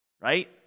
Right